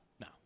No